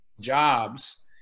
jobs